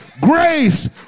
grace